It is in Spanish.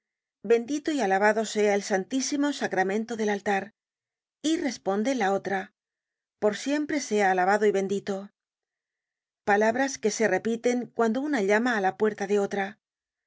bendito y alabado sea el santísimo sacramento del altar y responde la otra por siempre sea alabado y bendito palabras que se repiten cuando una llama á la puerta de otra